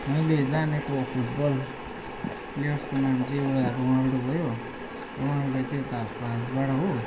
मैले जानेको फुटबल प्लेयर्सको नाम चाहिँ एउटा रोनाल्डो भयो रोनाल्डो चाहिँ उता फ्रान्सबाट हो